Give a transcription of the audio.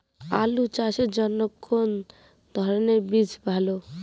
আলু চাষের জন্য কোন ধরণের বীজ ভালো?